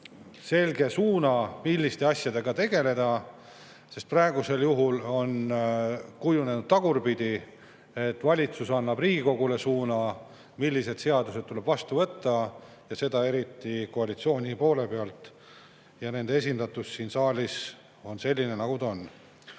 selge suuna, milliste asjadega tegeleda. Sest praegu on kujunenud tagurpidi: valitsus annab Riigikogule suuna, millised seadused tuleb vastu võtta, seda eriti koalitsiooni poole pealt, ja nende esindatus siin saalis on selline, nagu ta